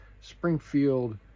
Springfield